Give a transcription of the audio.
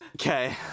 Okay